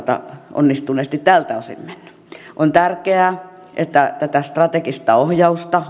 onnistuneesti tältä osin mennyt on tärkeää että vahvistetaan tätä strategista ohjausta